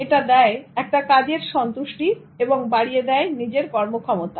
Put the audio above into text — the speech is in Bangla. এটা দেয় একটা কাজের সন্তুষ্টি এবং বাড়িয়ে দেয় নিজের কর্মক্ষমতা